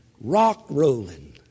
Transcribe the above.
rock-rolling